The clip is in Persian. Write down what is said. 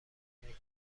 میکنید